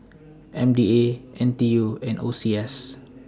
M D A N T U and O C S